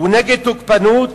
הוא נגד תוקפנות,